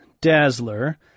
Dazzler